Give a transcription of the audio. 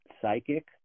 psychic